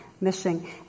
missing